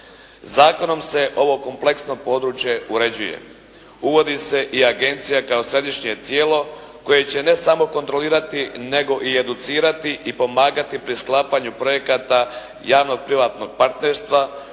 Zakonom se ovo kompleksno područje uređuje. Uvodi se i agencija kao središnje tijelo koje će ne samo kontrolirati nego i educirati i pomagati pri sklapanju projekata javno-privatnog partnerstva